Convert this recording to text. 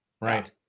right